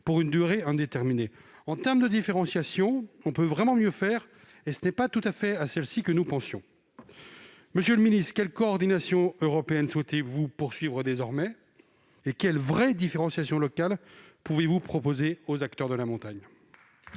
pour une durée indéterminée. En matière de différenciation, on peut vraiment mieux faire et ce n'est pas à celle-ci à laquelle nous pensions ! Monsieur le secrétaire d'État, quelle coordination européenne souhaitez-vous poursuivre désormais ? Quelle vraie différenciation locale pouvez-vous proposer aux acteurs de la montagne ?